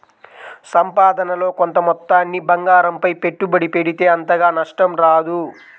సంపాదనలో కొంత మొత్తాన్ని బంగారంపై పెట్టుబడి పెడితే అంతగా నష్టం రాదు